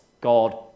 God